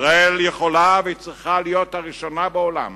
ישראל יכולה וצריכה להיות הראשונה בעולם